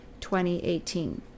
2018